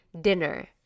dinner